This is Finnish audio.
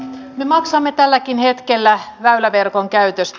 me maksamme tälläkin hetkellä väyläverkon käytöstä